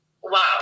Wow